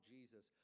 Jesus